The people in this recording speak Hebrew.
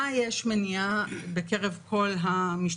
איפה יש מניעה בקרב כל המשתתפים?